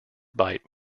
byte